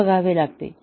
हे बघावे लागते